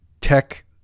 Tech